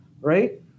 right